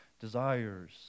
desires